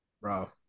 bro